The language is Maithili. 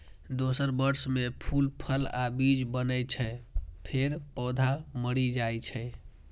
दोसर वर्ष मे फूल, फल आ बीज बनै छै, फेर पौधा मरि जाइ छै